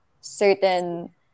certain